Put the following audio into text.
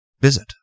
visit